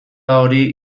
hori